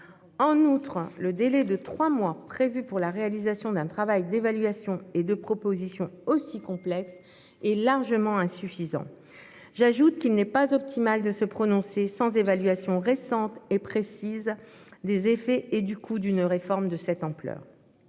En outre, le délai de trois mois prévu pour la réalisation d'un travail d'évaluation et la formulation de propositions aussi complexes est largement insuffisant. J'ajoute qu'il n'est pas optimal de se prononcer sans évaluation récente et précise des effets et du coût d'une réforme de cette ampleur.